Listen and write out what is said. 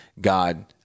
God